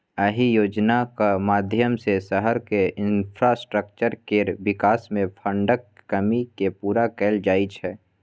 अहि योजनाक माध्यमसँ शहरक इंफ्रास्ट्रक्चर केर बिकास मे फंडक कमी केँ पुरा कएल जाइ छै